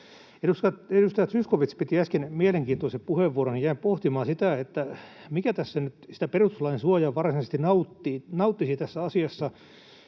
Edustaja Zyskowicz piti äsken mielenkiintoisen puheenvuoron. Jäin pohtimaan sitä, mikä tässä asiassa nyt sitä perustuslain suojaa varsinaisesti nauttisi, ikään